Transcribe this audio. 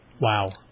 Wow